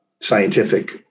scientific